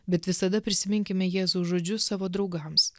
bet visada prisiminkime jėzaus žodžius savo draugams